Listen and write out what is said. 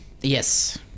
Yes